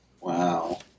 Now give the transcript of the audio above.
Wow